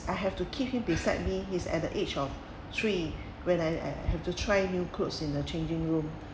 I have to keep him beside me he's at the age of three when I I have to try new clothes in the changing room